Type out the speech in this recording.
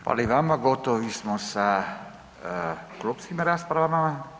Hvala i vama, gotovi smo s klupskim raspravama.